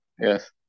Yes